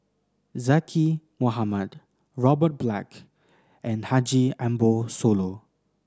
Zaqy Mohamad Robert Black and Haji Ambo Sooloh